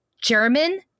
German